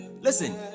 listen